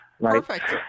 perfect